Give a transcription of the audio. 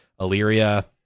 Illyria